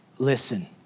Listen